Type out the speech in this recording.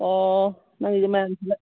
ꯑꯣ ꯅꯪꯒꯤꯗꯣ